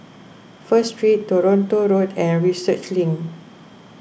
First Street Toronto Road and Research Link